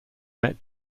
met